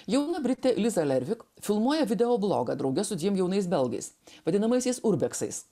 jauna britė liza lervik filmuoja videoblogą drauge su jaunais belgais vadinamaisiais urbeksais